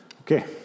Okay